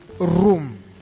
room